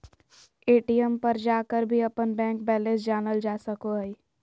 ATM पर जाकर भी अपन बैंक बैलेंस जानल जा सको हइ